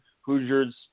Hoosiers